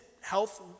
health